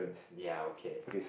ya ok